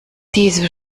diese